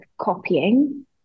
copying